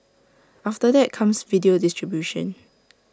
after that comes video distribution